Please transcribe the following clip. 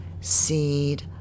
seed